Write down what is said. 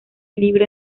libro